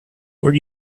where